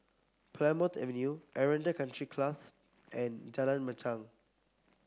Plymouth Avenue Aranda Country Club and Jalan Machang